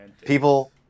People